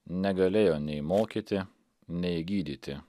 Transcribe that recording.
negalėjo nei mokyti nei gydyti